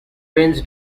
rains